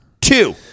two